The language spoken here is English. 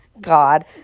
God